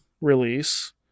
release